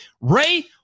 Ray